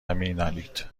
مینالید